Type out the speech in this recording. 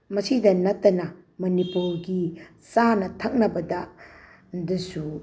ꯃꯁꯤꯗ ꯅꯠꯇꯅ ꯃꯅꯤꯄꯨꯔꯒꯤ ꯆꯥꯅ ꯊꯛꯅꯕꯗ ꯑꯗꯨꯁꯨ